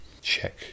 check